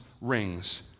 rings